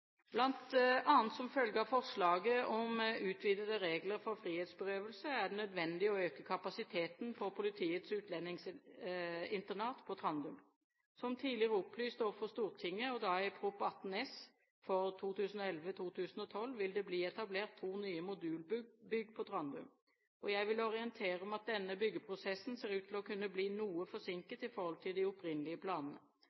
som følge av forslaget om utvidede regler for frihetsberøvelse er det nødvendig å øke kapasiteten ved Politiets utlendingsinternat på Trandum. Som tidligere opplyst overfor Stortinget i Prop. 18 S for 2011–2012, vil det bli etablert to nye modulbygg på Trandum. Jeg vil orientere om at denne byggeprosessen ser ut til å kunne bli noe